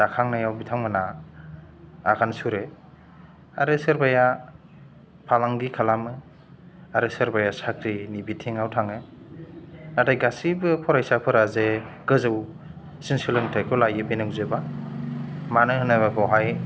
दाखांनायाव बिथांमोना आगान सुरो आरो सोरबाया फालांगि खालामो आरो सोरबाया साख्रिनि बिथिङाव थाङो नाथाय गासैबो फरायसाफोरा जे गोजौसिम सोलोंथाइखौ लायो बे नंजोबा मानो होनोबा बेवहाय